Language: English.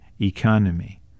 economy